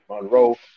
Monroe